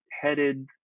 headed